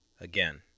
Again